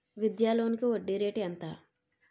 విద్యా లోనికి వడ్డీ రేటు ఎంత?